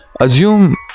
Assume